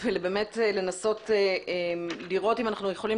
אלא באמת לנסות לראות אם אנחנו יכולים